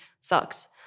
sucks